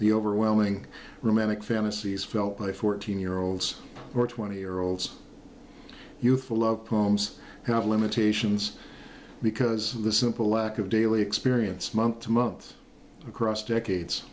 the overwhelming romantic fantasies felt by fourteen year olds or twenty year olds youthful love poems count limitations because of the simple lack of daily experience month to month across decades